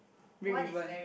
red ribbon